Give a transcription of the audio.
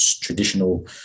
traditional